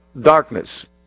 darkness